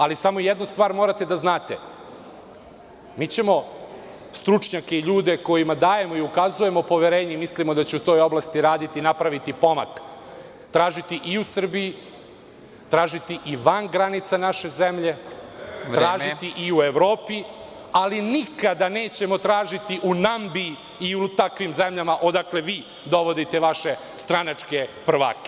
Ali, samo jednu stvar morate da znate, mi ćemo stručnjake i ljude kojima dajemo i ukazujemo poverenje i mislimo da će u toj oblasti raditi i napraviti pomak, tražiti i u Srbiji, tražiti i van granica naše zemlje, tražiti i u Evropi, ali nikada nećemo tražiti u Nambiji i u takvim zemljama odakle vi dovodite vaše stranačke prvake.